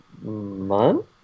month